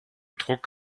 druck